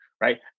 right